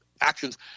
actions